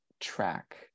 track